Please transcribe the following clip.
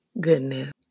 goodness